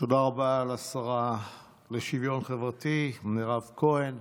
תודה רבה לשרה לשוויון חברתי מירב כהן,